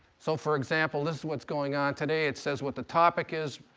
so, for example, this is what's going on today. it says what the topic is,